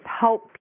help